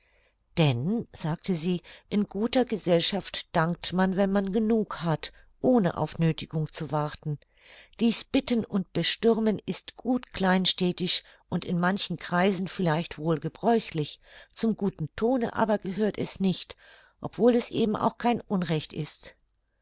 denn sagte sie in guter gesellschaft dankt man wenn man genug hat ohne auf nöthigung zu warten dies bitten und bestürmen ist gut kleinstädtisch und in manchen kreisen vielleicht wohl gebräuchlich zum guten tone aber gehört es nicht obwohl es eben auch kein unrecht ist